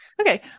Okay